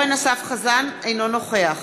אינו נוכח